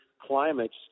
climates